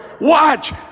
watch